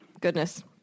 goodness